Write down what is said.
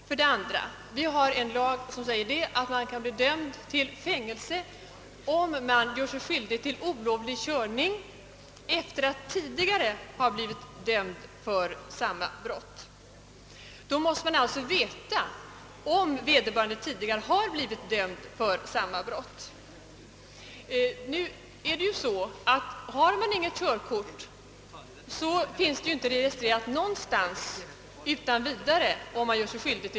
För det andra har vi en lag som säger att man kan bli dömd till fängelse, om man gör sig skyldig till olovlig körning efter att tidigare ha blivit dömd för samma brott. Då måste domstolen alltså veta, om vederbörande tidigare har blivit dömd för samma brott. Har man inget körkort, finns ju ett sådant brott inte registrerat någonstans utan vidare.